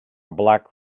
black